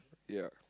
yeah